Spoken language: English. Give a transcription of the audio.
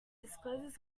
discloses